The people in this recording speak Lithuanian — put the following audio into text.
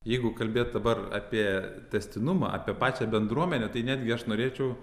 jeigu kalbėt dabar apie tęstinumą apie pačią bendruomenę tai netgi aš norėčiau